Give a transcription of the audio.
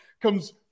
comes